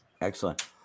Excellent